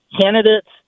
candidates